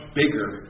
bigger